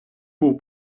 був